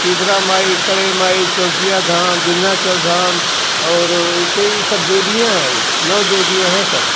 शीलता माई कड़े माई चौकिया धाम विंध्याचल धाम और कई सब देवियाँ हैं ये नौ देवियाँ हैं सब